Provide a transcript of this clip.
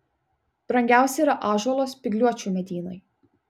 brangiausi yra ąžuolo spygliuočių medynai